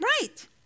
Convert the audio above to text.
right